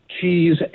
cheese